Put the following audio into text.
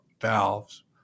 valves